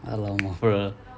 !alamak! brother